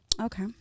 Okay